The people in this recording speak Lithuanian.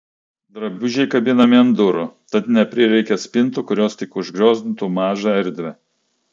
drabužiai kabinami ant durų tad neprireikia spintų kurios tik užgriozdintų mažą erdvę